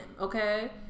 Okay